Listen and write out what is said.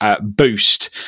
boost